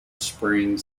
spring